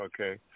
okay